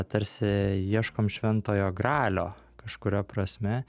tarsi ieškom šventojo gralio kažkuria prasme